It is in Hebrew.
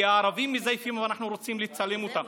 כי הערבים מזייפים ואנחנו רוצים לצלם אותם.